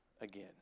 again